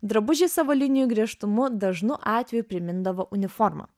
drabužiai savo linijų griežtumu dažnu atveju primindavo uniformą